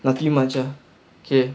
nothing much ah okay